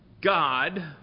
God